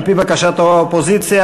על-פי בקשת האופוזיציה,